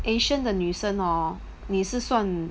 asian 的女生 hor 你是算